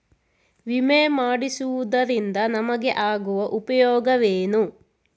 ವಿಮೆ ಮಾಡಿಸುವುದರಿಂದ ನಮಗೆ ಆಗುವ ಉಪಯೋಗವೇನು?